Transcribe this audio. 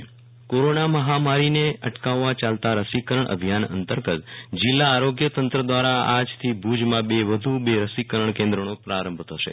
વીરલ રાણા રસીકરણ કેન્દ્ર કોરોના મહામારીને અટકાવવા ચાલતા રસીકરણ અભિયાન અંતર્ગત જિલ્લા આરોગ્ય તંત્રા દ્વારા આજથી ભુજમાં વધુ બે રસીકરણ કેન્દ્રનો પ્રારંભ થશે